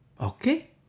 Okay